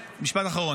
מי הוא הלך להציל?